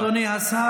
תודה, אדוני השר.